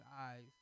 eyes